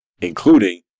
including